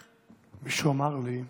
מישהו אמר לי,